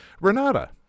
renata